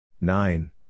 nine